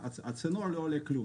הצינור לא עולה כלום.